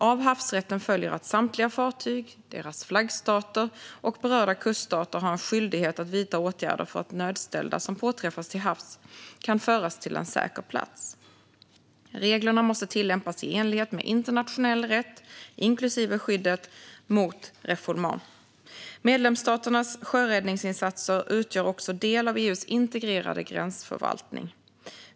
Av havsrätten följer att samtliga fartyg, deras flaggstater och berörda kuststater har en skyldighet att vidta åtgärder för att nödställda som påträffas till havs kan föras till en säker plats. Reglerna måste tillämpas i enlighet med internationell rätt, inklusive skyddet mot refoulement. Medlemsstaters sjöräddningsinsatser utgör också del av EU:s integrerade gränsförvaltning.